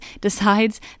decides